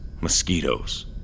Mosquitoes